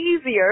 easier